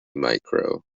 micro